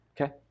okay